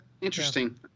Interesting